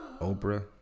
Oprah